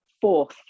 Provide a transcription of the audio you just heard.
fourth